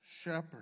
shepherd